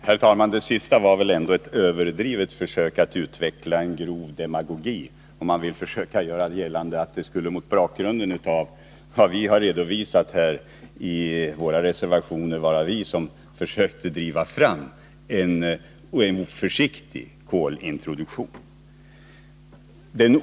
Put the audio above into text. Herr talman! Det sista var väl ett överdrivet försök att utveckla en grov demagogi, om Hadar Cars verkligen vill göra gällande att vi socialdemokrater — mot bakgrund av vad vi har redovisat i våra reservationer — vill driva fram en oförsiktig kolintroduktion.